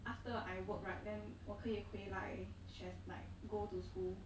after I work right then 我可以回来学 like go to school